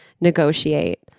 negotiate